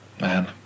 Man